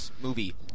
movie